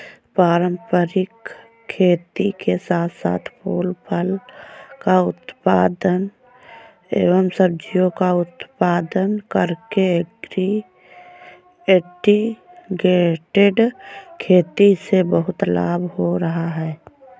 पारंपरिक खेती के साथ साथ फूल फल का उत्पादन एवं सब्जियों का उत्पादन करके इंटीग्रेटेड खेती से बहुत लाभ हो रहा है